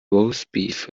roastbeef